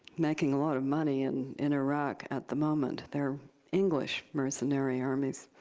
making a lot of money and in iraq at the moment. they're english mercenary armies.